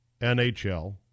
NHL